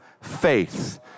Faith